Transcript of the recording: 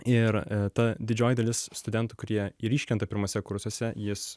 ir ta didžioji dalis studentų kurie ir iškrenta pirmuose kursuose jis